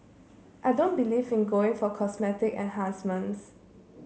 I don't believe in going for cosmetic enhancements